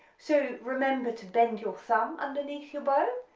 so remember to bend your thumb underneath your bow,